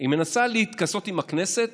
היא מנסה להתכסות עם הכנסת,